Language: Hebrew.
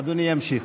אדוני ימשיך.